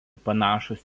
panašūs